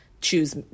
choose